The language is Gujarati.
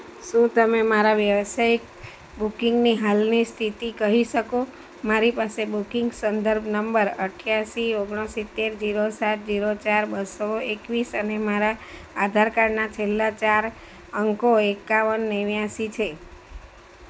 શું તમે મારા વ્યાવસાયિક બુકિંગની હાલની સ્થિતિ કહી શકો મારી પાસે બુકિંગ સંદર્ભ નંબર અઠ્યાસી ઓગણસિત્તેર જીરો સાત જીરો ચાર બસો એકવીસ અને મારા આધાર કાર્ડના છેલ્લા ચાર અંકો એકાવન નેવ્યાસી છે